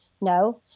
No